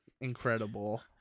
incredible